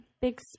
big